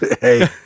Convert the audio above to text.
Hey